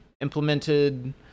implemented